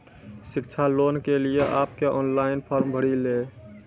शिक्षा लोन के लिए आप के ऑनलाइन फॉर्म भरी ले?